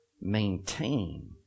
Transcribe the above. maintain